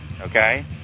Okay